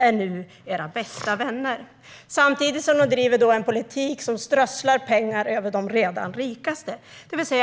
är nu era bästa vänner. Samtidigt driver ni en politik som strösslar pengar över de rikaste.